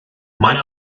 mae